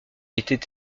était